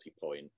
point